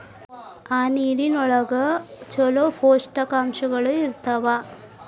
ಆ ನೇರಿನ ಒಳಗ ಚುಲೋ ಪೋಷಕಾಂಶಗಳು ಇರ್ತಾವ